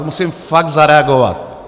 Já musím fakt zareagovat.